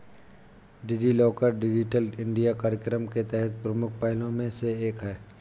DigiLocker digital India कार्यक्रम के तहत प्रमुख पहलों में से एक है